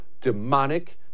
demonic